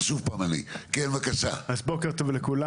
אז בוקר טוב לכולם.